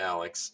Alex